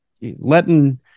letting